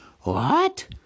What